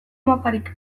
maparik